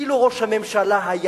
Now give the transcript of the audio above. אילו היה ראש הממשלה כאן